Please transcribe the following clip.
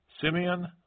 Simeon